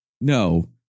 No